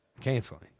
canceling